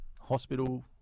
Hospital